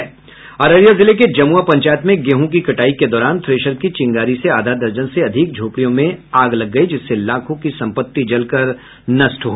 अररिया जिले के जमुआ पंचायत में गेहू की कटाई के दौरान थ्रेशर की चिंगारी से आधा दर्जन से अधिक झोपड़ियों में आग लग गयी जिससे लाखों की संपत्ति जलकर नष्ट हो गयी